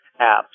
apps